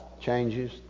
changes